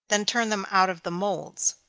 then turn them out of the moulds.